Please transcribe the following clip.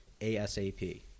ASAP